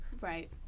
Right